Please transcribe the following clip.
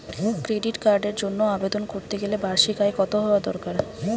Credit কার্ডের জন্য আবেদন করতে গেলে বার্ষিক আয় কত হওয়া দরকার?